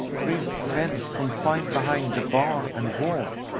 cribbed, pent, confined behind the bar and wall?